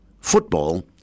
football